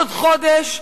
עוד חודש.